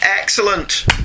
excellent